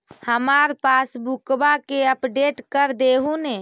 हमार पासबुकवा के अपडेट कर देहु ने?